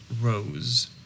rows